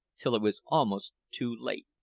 till it was almost too late.